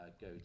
go